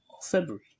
February